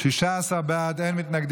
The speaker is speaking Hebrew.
(שבח ורכישה) (תיקון,